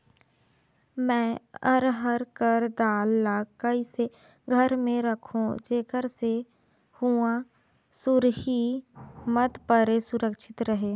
मैं अरहर कर दाल ला कइसे घर मे रखों जेकर से हुंआ सुरही मत परे सुरक्षित रहे?